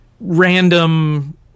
random